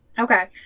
Okay